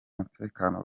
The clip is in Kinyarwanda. umutekano